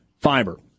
fiber